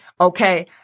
Okay